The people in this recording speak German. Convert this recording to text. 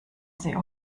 sie